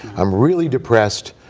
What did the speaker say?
i'm really depressed,